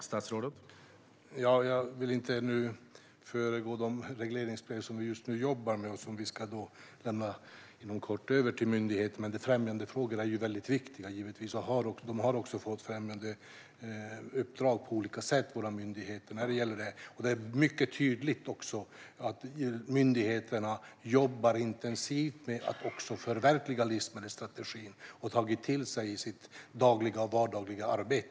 Herr talman! Jag vill inte föregå de regleringsbrev som vi just nu jobbar med och som vi inom kort ska lämna över till myndigheterna, men främjandefrågor är givetvis väldigt viktiga. Våra myndigheter har också fått främjandeuppdrag när det gäller det här. Det är också mycket tydligt att myndigheterna jobbar intensivt med att förverkliga livsmedelsstrategin och har tagit den till sig i sitt dagliga och vardagliga arbete.